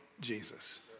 Jesus